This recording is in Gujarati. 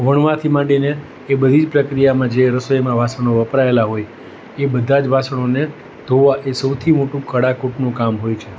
વણવાથી માંડીને એ બધી જ પ્રક્રિયામાં જે રસોઈમાં વાસણો વપરાયેલાં હોય એ બધાં જ વાસણોને ધોવાં એ સૌથી મોટું કડાકૂટનું કામ હોય છે